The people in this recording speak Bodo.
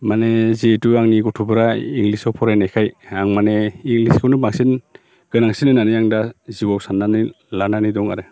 माने जिहेतु आंनि गथ'फोरा इंलिसाव फरायनायखाय आं माने इंलिसखौनो बांसिन गोनांसिन होननानै आं दा जिउआव साननानै लानानै दं आरो